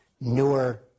newer